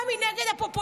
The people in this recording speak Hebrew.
גם אם היא נגד הפופוליזם.